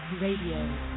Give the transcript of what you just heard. RADIO